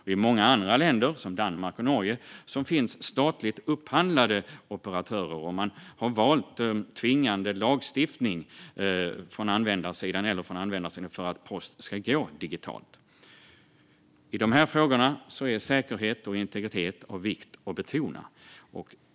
I många länder andra länder, såsom Danmark och Norge, finns statligt upphandlade operatörer, och man har valt tvingande lagstiftning antingen från användarsidan eller från avsändarsidan för att post ska gå digitalt. Säkerhet och integritet är av vikt att betona.